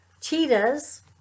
cheetahs